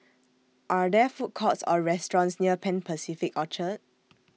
Are There Food Courts Or restaurants near Pan Pacific Orchard